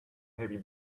heavy